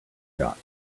got